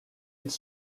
être